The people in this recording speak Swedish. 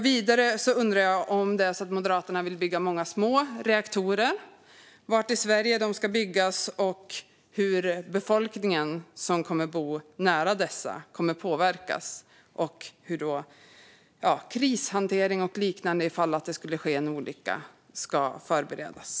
Vidare undrar jag om Moderaterna vill bygga många små reaktorer, var i Sverige dessa ska byggas, hur den befolkning som bor nära dessa kommer att påverkas och hur krishantering och liknande, ifall det sker en olycka, ska förberedas.